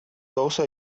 also